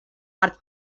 hartz